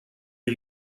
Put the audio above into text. are